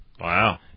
Wow